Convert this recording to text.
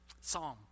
Psalm